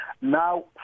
Now